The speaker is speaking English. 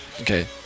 Okay